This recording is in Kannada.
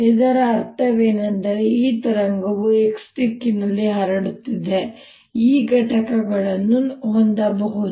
ಇದರ ಅರ್ಥವೇನೆಂದರೆ ಈ ತರಂಗವು x ದಿಕ್ಕಿನಲ್ಲಿ ಹರಡುತ್ತಿದೆ ನಂತರ E ಘಟಕಗಳನ್ನು ಹೊಂದಬಹುದು